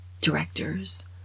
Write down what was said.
directors